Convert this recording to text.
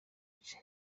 cha